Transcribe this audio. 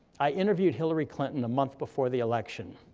i interviewed hillary clinton a month before the election,